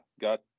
got